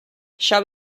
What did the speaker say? shall